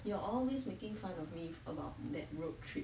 you are always making fun of me about that road trip